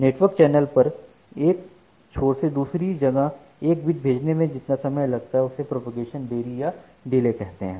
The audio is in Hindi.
नेटवर्क चैनल पर एक एक छोर से दूसरी जगह एक बिट भेजने में जितना समय लगता है उसे प्रोपेगेशन देरी या डिले कहते हैं